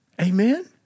Amen